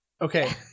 Okay